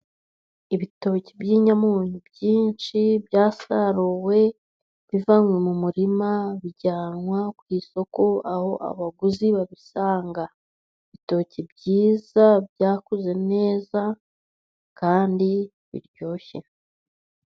Ibitoki by'inyamunyo byinshi byasaruwe, byavanywe mu murima bijyanwa ku isoko aho abaguzi babisanga. Ibitoki byiza byakuze neza kandi biryoshye.